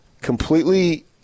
completely